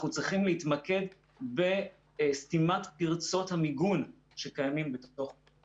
אנחנו צריכים להתמקד בסתימת פרצות המיגון שקיימות בתוך בתי האבות.